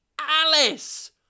Alice